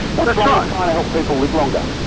what's wrong with trying to help people live longer?